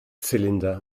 zylinder